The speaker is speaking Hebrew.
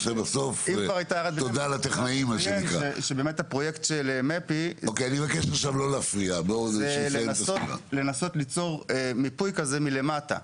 באמת הפרויקט של מפ"י זה לנסות ליצור מיפוי כזה מלמטה.